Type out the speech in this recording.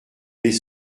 les